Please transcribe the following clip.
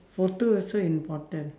photo also important